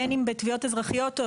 בין אם בתביעות אזרחיות,